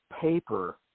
paper